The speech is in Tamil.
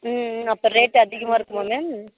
ம் ம் அப்போ ரேட் அதிகமாக இருக்குமா மேம்